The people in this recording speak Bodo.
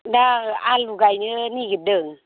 दा आलु गायनो नायगिरदों